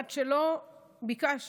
עד שלא ביקשנו,